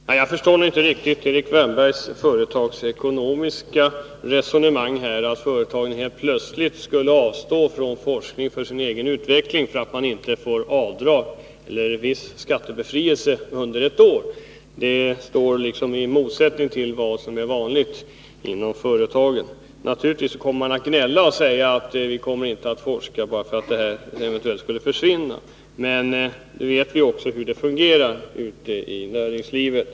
Fru talman! Jag förstår inte riktigt Erik Wärnbergs företagsekonomiska resonemang — att företagen helt plötsligt skulle avstå från forskning för sin egen utveckling därför att de inte får rätt till avdrag eller skattebefrielse under ett år. Det står liksom i motsättning till vad som är vanligt inom företagen. Naturligtvis kommer man att gnälla och säga att vi kommer inte att forska därför att den här förmånen eventuellt skulle försvinna. Men vi vet också hur det fungerar ute i näringslivet.